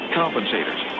compensators